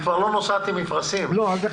היא כבר לא שטה עם מפרשים, יש כבר